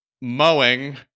mowing